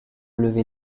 levée